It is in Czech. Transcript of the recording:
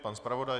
Pan zpravodaj.